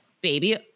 baby